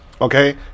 okay